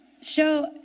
show